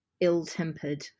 ill-tempered